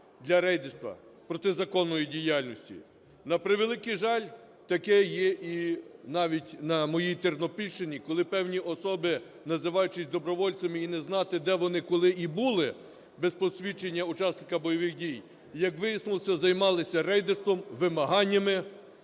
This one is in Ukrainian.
для рейдерства, протизаконної діяльності. На превеликий жаль, таке і навіть на моїй Тернопільщині, коли певні особи, називаючись добровольцями, і знати, де вони, коли і були без посвідчення учасника бойових дій, і, як вияснилося, займалися рейдерством, вимаганнями,